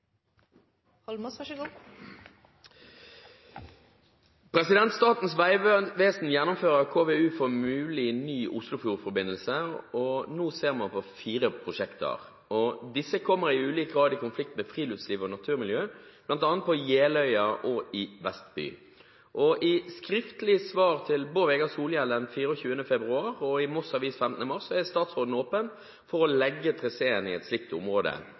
gjennomfører KVU for mulig ny Oslofjord-forbindelse. Nå ser man på fire konsepter. Disse kommer i ulik grad i konflikt med friluftsliv og naturmiljø, bl.a. på Jeløya og i Vestby. I skriftlig svar til meg 24. februar, og i Moss Avis 17. mars, er statsråden åpen for å legge traseen i et slikt område.